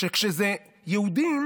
שכשזה יהודים